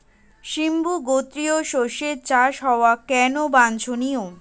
সিম্বু গোত্রীয় শস্যের চাষ হওয়া কেন বাঞ্ছনীয়?